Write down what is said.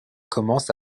commence